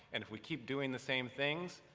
and if we keep doing the same things,